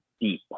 deep